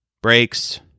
Brakes